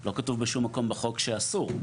לא כתוב בשום מקום בחוק שאסור,